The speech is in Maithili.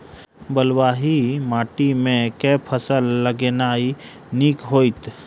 बलुआही माटि मे केँ फसल लगेनाइ नीक होइत?